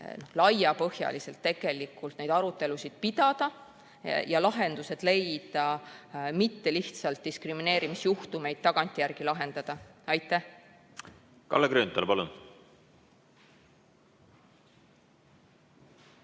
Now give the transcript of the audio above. laiapõhjaliselt neid arutelusid pidada ja lahendused leida, mitte lihtsalt diskrimineerimisjuhtumeid tagantjärele lahendada. Aitäh! Kalle Grünthal, palun!